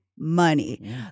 Money